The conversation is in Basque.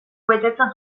betetzen